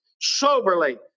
soberly